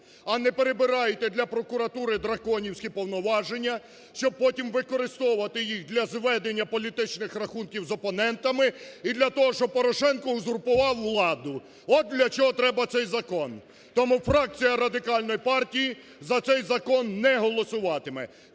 а не перебирайте для прокуратури драконівські повноваження, щоб потім використовувати їх для зведення політичних рахунків з опонентами і для того, щоб Порошенко узурпував владу. От для чого треба цей закон. Тому фракція Радикальної партії за цей закон не голосуватиме.